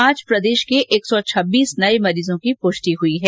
आज प्रदेश के एक सौ छब्बीस नये मरीजों की पुष्टि हुई है